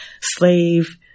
slave